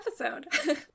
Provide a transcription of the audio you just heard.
episode